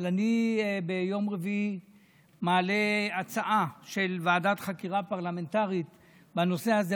אבל אני ביום רביעי מעלה הצעה לוועדת חקירה פרלמנטרית בנושא הזה.